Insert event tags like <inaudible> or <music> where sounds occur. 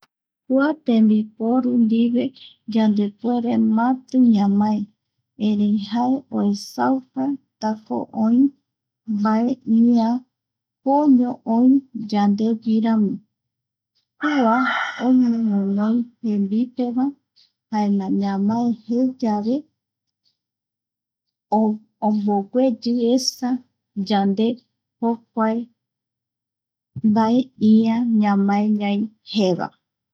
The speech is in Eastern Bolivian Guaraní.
Kua tembiporu ndive yandepuere mati ñamae kua tembirporu ndive yandepuere mati ñamae, erei jae oesauka tako oi mbae ia kooño oï yandeguirami kua <noise> oime guinoi jembipeva jaema ñamae je yave <hesitation> obegueyi esa yande jokuae mbae ïa ñamae ñai je va.